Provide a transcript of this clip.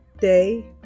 day